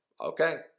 okay